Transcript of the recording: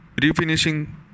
refinishing